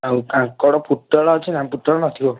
ଆଉ କାଙ୍କଡ଼ ପୁଟଳ ଅଛି ନା ପୁଟଳ ନଥିବ